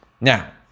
Now